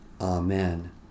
Amen